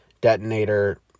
detonator